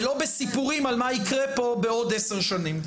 ולא בסיפורים על מה יקרה פה בעוד עשר שנים.